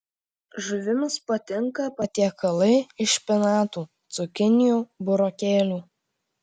žuvims patinka patiekalai iš špinatų cukinijų burokėlių